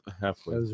Halfway